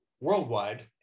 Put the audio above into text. worldwide